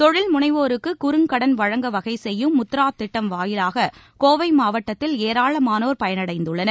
தொழில் முனைவோருக்கு குறுங்கடன் வழங்க வகைசெய்யும் முத்ரா திட்டம் வாயிலாக கோவை மாவட்டத்தில் ஏராளமானோர் பயனடைந்துள்ளனர்